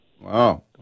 wow